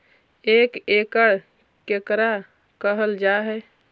एक एकड़ केकरा कहल जा हइ?